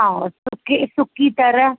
और सुकी सुकी तरह